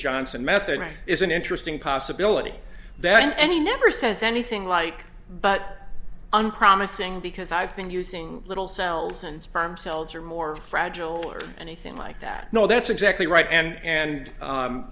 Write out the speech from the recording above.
johnson method is an interesting possibility that and he never says anything like but on promising because i've been using little cells and sperm cells are more fragile or anything like that no that's exactly right and